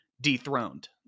dethroned